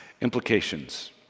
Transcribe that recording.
Implications